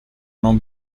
non